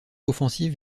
offensive